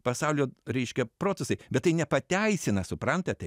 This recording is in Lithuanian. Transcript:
pasaulio reiškia procesai bet tai nepateisina suprantate